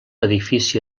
edifici